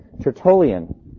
Tertullian